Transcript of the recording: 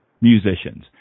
musicians